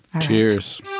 Cheers